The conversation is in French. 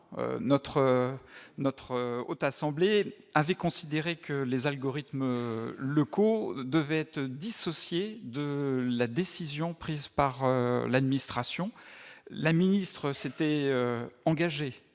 notre Haute assemblée avait considéré que les algorithmes le co-devait être dissociée de la décision prise par l'administration, la ministre s'était engagée